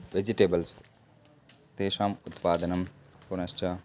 vegetables तेषाम् उत्पादनं पुनश्च